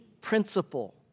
principle